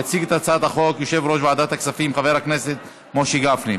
יציג את הצעת החוק יושב-ראש ועדת הכספים חבר הכנסת משה גפני.